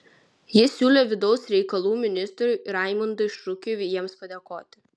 ji siūlė vidaus reikalų ministrui raimundui šukiui jiems padėkoti